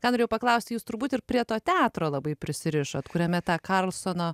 ką norėjau paklausti jūs turbūt ir prie to teatro labai prisirišot kuriame tą karlsoną